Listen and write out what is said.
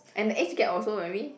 and the age gap also maybe